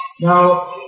Now